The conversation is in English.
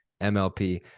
mlp